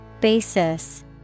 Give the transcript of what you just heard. Basis